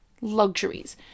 luxuries